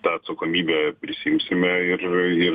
tą atsakomybę prisiimsime ir ir